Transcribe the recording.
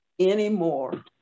anymore